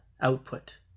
output